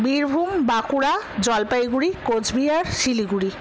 Birbhum Bankura Jalpaiguri Cooch Behar Siliguri